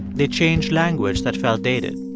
they changed language that felt dated.